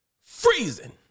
Freezing